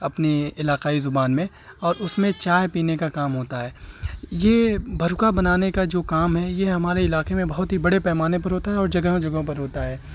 اپنی علاقائی زبان میں اور اس میں چائے پینے کا کام ہوتا ہے یہ بروکا بنانے کا جو کام ہے یہ ہمارے علاقے میں بہت ہی بڑے پیمانے پر ہوتا ہے اور جگہوں جگہوں پر ہوتا ہے